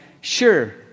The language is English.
sure